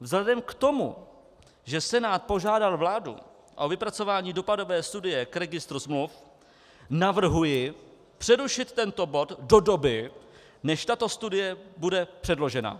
Vzhledem k tomu, že Senát požádal vládu o vypracování dopadové studie k registru smluv, navrhuji přerušit tento bod do doby, než tato studie bude předložena.